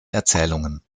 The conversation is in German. erzählungen